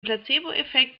placeboeffekt